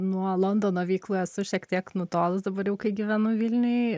nuo londono veiklų esu šiek tiek nutolus dabar jau kai gyvenu vilniuj